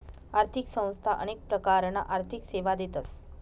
आर्थिक संस्था अनेक प्रकारना आर्थिक सेवा देतस